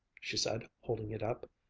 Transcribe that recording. she said, holding it up.